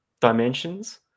dimensions